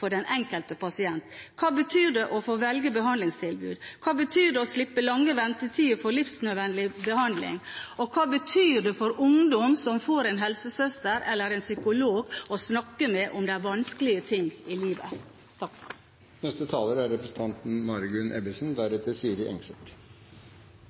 for den enkelte pasient. Hva betyr det å få velge behandlingstilbud? Hva betyr det å slippe lang ventetid for livsnødvendig behandling? Og hva betyr det for ungdom å få en helsesøster eller en psykolog å snakke med om de vanskelige tingene i livet?